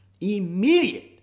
immediate